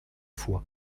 fois